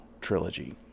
trilogy